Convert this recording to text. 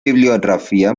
bibliografía